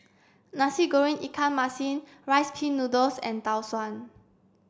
Nasi Goreng Ikan Masin rice pin noodles and Tau Suan